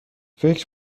فکر